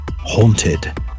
haunted